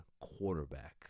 quarterback